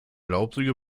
laubsäge